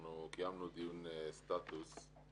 אנחנו קיימנו דיון סטטוס.